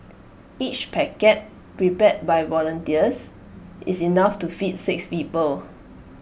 each packet prepared by volunteers is enough to feed six people